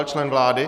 Člen vlády?